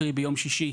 קרי ביום שישי,